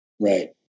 Right